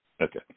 Okay